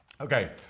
Okay